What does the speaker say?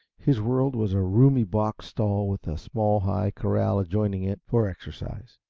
his world was a roomy box stall with a small, high corral adjoining it for exercise,